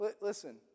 Listen